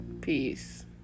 Peace